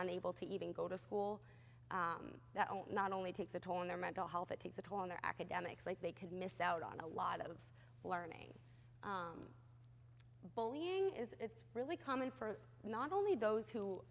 unable to even go to school that don't not only takes a toll on their mental health it takes a toll on their academics like they could miss out on a lot of learning bullying is it's really common for not only those who